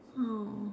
!aww!